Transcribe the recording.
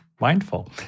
mindful